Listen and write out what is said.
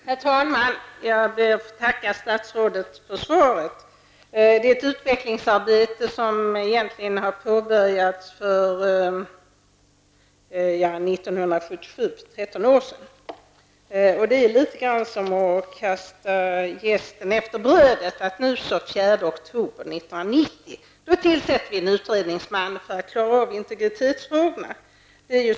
Herr talman! Jag ber att få tacka statsrådet för svaret. Det rör sig om ett utvecklingsarbete som egentligen har påbörjats för 13 år sedan, varför det nästan är som att kasta jästen efter brödet. Den 4 oktober 1990 tillsätts en utredningsman för att klara av integritetsfrågorna.